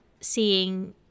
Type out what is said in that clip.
seeing